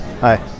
Hi